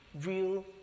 real